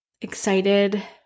excited